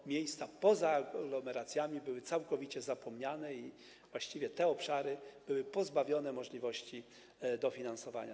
A miejsca poza aglomeracjami były całkowicie zapomniane i właściwie te obszary pozbawione były możliwości dofinansowania.